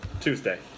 Tuesday